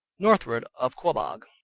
northward of quabaug.